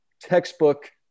textbook